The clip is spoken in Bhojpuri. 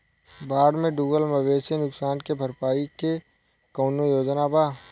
बाढ़ में डुबल मवेशी नुकसान के भरपाई के कौनो योजना वा?